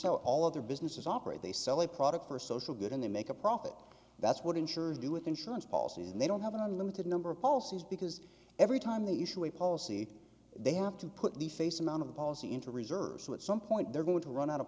how all other businesses operate they sell a product for social good and they make a profit that's what insurers do with insurance policies and they don't have an unlimited number of policies because every time they issue a policy they have to put the face amount of the policy into reserves so at some point they're going to run out of